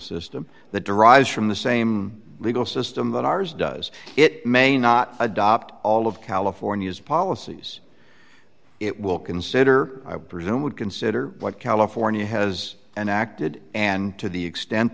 system that derives from the same legal system than ours does it may not adopt all of california's policies it will consider i would presume would consider what california has enacted and to the extent